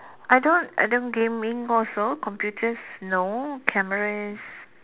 I don't I don't gaming also computers no cameras